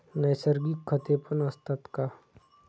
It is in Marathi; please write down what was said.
नैसर्गिक खतेपण असतात का?